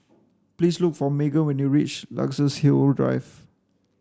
please look for Meghan when you reach Luxus Hill Drive